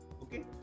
okay